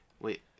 wait